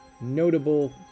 notable